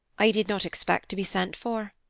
i did not expect to be sent for.